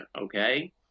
okay